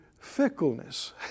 fickleness